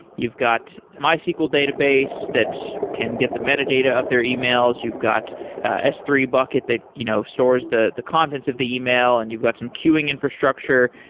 you've got mysql database that can get the metadata of their e-mails, you've got s three bucket that you know stores the the contents of the e-mail and you've got some queueing infrastructure.